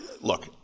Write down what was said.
Look